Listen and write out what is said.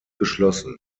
geschlossen